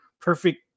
perfect